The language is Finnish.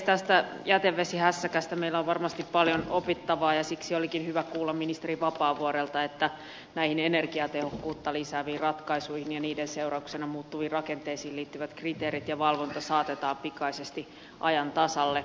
tästä jätevesihässäkästä meillä on varmasti paljon opittavaa ja siksi olikin hyvä kuulla ministeri vapaavuorelta että energiatehokkuutta lisääviin ratkaisuihin ja niiden seurauksena muuttuviin rakenteisiin liittyvät kriteerit ja valvonta saatetaan pikaisesti ajan tasalle